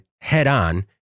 head-on